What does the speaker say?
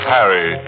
Harry